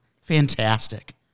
Fantastic